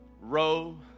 row